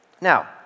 Now